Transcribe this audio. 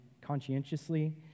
conscientiously